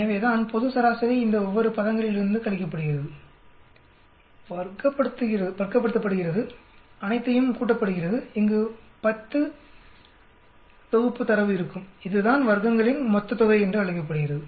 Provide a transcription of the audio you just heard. எனவேதான் பொது சராசரி இந்த ஒவ்வொரு பதங்களிலிருந்து கழிக்கப்படுகிறது வர்க்கப்படுத்தப்படுகிறது அனைத்தையும் கூட்டப்படுகிறது இங்கு 10 செட் தரவு இருக்கும் இதுதான் வர்க்கங்களின் மொத்த தொகை என்று அழைக்கப்படுகிறது